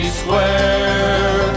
square